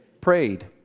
Prayed